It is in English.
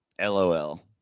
lol